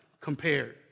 compared